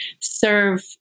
serve